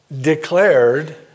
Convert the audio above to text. declared